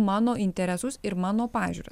mano interesus ir mano pažiūras